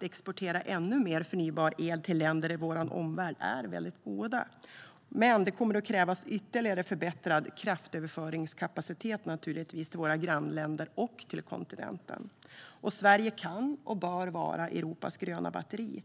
exportera ännu mer förnybar el till länder i vår omvärld är goda. Men det kommer att krävas ytterligare förbättrad kraftöverföringskapacitet till våra grannländer och till kontinenten. Sverige kan och bör vara Europas gröna batteri.